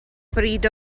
bryd